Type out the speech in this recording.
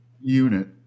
unit